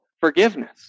Forgiveness